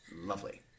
Lovely